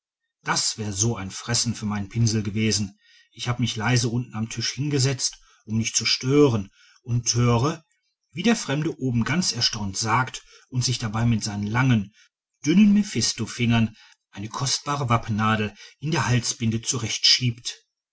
das wär so ein fressen für meinen pinsel gewesen ich hab mich leise unten am tisch hingesetzt um nicht zu stören und höre wie der fremde oben ganz erstaunt sagt und sich dabei mit seinen langen dünnen mephistofingern eine kostbare wappennadel in der halsbinde